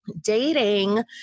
dating